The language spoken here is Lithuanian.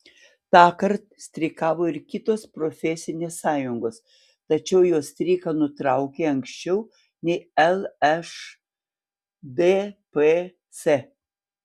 tąkart streikavo ir kitos profesinės sąjungos tačiau jos streiką nutraukė anksčiau nei lšdps